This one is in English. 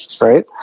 Right